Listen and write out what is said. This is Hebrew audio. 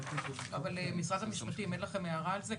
אבל משרד המשפטים, אין לכם הערה על זה?